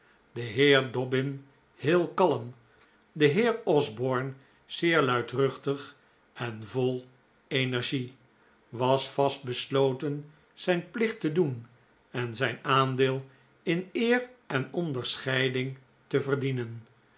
de heer dobbin heel kalm de heer osborne zeer luidruchtig en vol energie was vast besloten zijn plicht te doen en zijn aandeel in eer en onderscheiding te verdienen